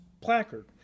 placard